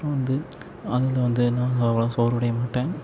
அப்பறம் வந்து அதில் வந்து நான் அவ்வளோவா சோர்வடைய மாட்டேன்